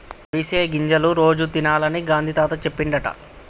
అవిసె గింజలు రోజు తినాలని గాంధీ తాత చెప్పిండట